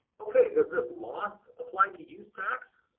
okay. does this lost apply to use tax?